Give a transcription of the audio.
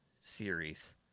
series